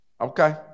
Okay